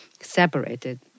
separated